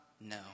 No